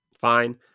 fine